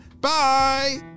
Bye